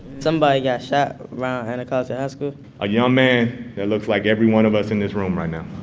somebody got shot round anacostia high school a young man that looks like every one of us in this room right now.